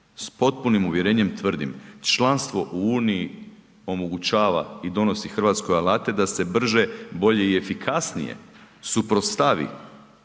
S potpunim uvjerenjem tvrdim, članstvo u uniji omogućava i donosi Hrvatskoj alate da se brže, bolje i efikasnije suprotstavi